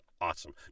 awesome